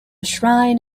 shrine